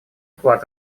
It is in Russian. вклад